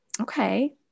Okay